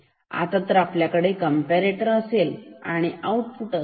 आता जर आपल्याकडे एक कॅम्पारेटर असेल तर आउटपुट असे असेल